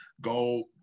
go